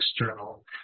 external